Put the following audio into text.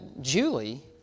Julie